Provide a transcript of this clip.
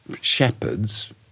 Shepherds